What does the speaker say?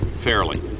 Fairly